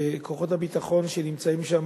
כוחות הביטחון שנמצאים שם,